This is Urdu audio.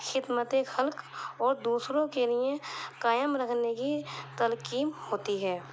خدمت خلق اور دوسروں کے لیے قائم رکھنے کی تلقین ہوتی ہے